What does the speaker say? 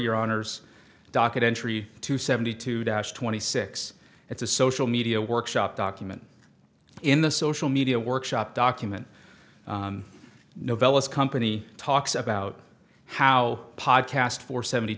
your honor's docket entry to seventy two dash twenty six it's a social media workshop document in the social media workshop document novellas company talks about how pod cast for seventy